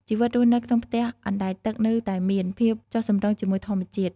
ជីវិតរស់នៅក្នុងផ្ទះអណ្ដែតទឹកនៅតែមាន ភាពចុះសម្រុងជាមួយធម្មជាតិ។